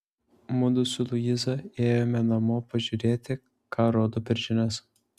mudu su luiza ėjome namo pažiūrėti ką rodo per žinias